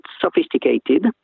sophisticated